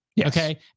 Okay